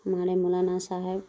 ہمارے مولانا صاحب